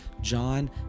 John